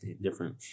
different